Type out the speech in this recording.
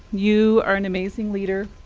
you are an amazing leader.